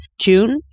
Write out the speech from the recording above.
June